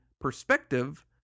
perspective